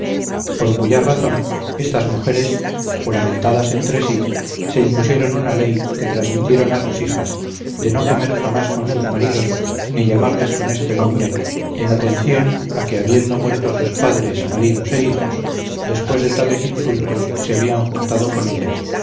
por cuya razón estas mujeres juramentadas entre sí se impusieron una ley que trasmitieron a sus hijas de no comer jamás con sus maridos ni llamarles con este nombre en atención a que habiendo muerto a sus padres maridos e hijos después de tales insultos se habían juntado con ellas